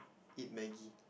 eat maggi